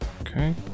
Okay